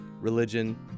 religion